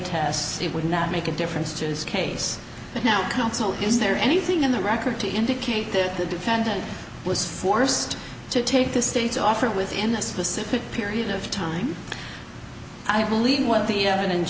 test it would not make a difference to this case now counsel is there anything in the record to indicate that the defendant was forced to take the state's offer within the specific period of time i believe what the evidence